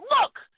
look